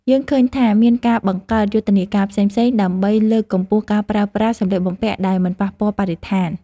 យើងឃើញថាមានការបង្កើតយុទ្ធនាការផ្សេងៗ ដើម្បីលើកកម្ពស់ការប្រើប្រាស់សម្លៀកបំពាក់ដែលមិនប៉ះពាល់បរិស្ថាន។